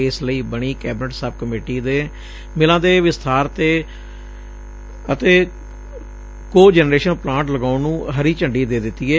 ਇਸ ਲਈ ਬਣੀ ਕੈਬਨਿਟ ਸਬ ਕਮੇਟੀ ਨੇ ਮਿਲਾਂ ਦੇ ਵਿਸਬਾਰ ਤੇ ਬਿਜਲੀ ਪੈਦਾ ਕਰਨ ਲਈ ਪਲਾਂਟ ਲਗਾਉਣ ਨੁੰ ਹਰੀ ਝੰਡੀ ਦੇ ਦਿੱਤੀ ਏ